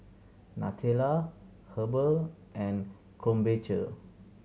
Nutella Habhal and Krombacher